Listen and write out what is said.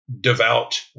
devout